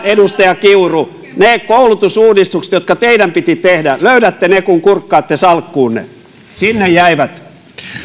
edustaja kiuru ne koulutusuudistukset jotka teidän piti tehdä löydätte kun kurkkaatte salkkuunne sinne jäivät